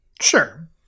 Sure